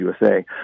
USA